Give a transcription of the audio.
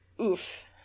Oof